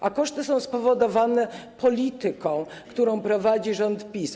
A koszty są spowodowane polityką, którą prowadzi rząd PiS.